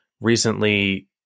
recently